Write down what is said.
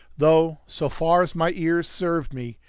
though, so far as my ears served me,